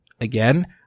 again